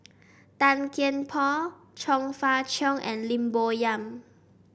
Tan Kian Por Chong Fah Cheong and Lim Bo Yam